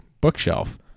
bookshelf